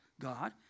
God